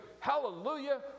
Hallelujah